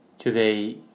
Today